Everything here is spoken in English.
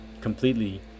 completely